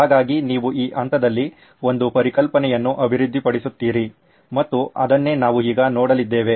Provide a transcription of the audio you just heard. ಹಾಗಾಗಿ ನೀವು ಈ ಹಂತದಲ್ಲಿ ಒಂದು ಪರಿಕಲ್ಪನೆಯನ್ನು ಅಭಿವೃದ್ಧಿಪಡಿಸುತ್ತೀರಿ ಮತ್ತು ಅದನ್ನೇ ನಾವು ಈಗ ನೋಡಲಿದ್ದೇವೆ